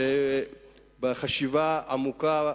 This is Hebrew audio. שבחשיבה עמוקה,